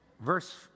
Verse